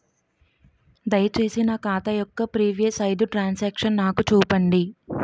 దయచేసి నా ఖాతా యొక్క ప్రీవియస్ ఐదు ట్రాన్ సాంక్షన్ నాకు చూపండి